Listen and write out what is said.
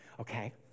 okay